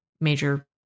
major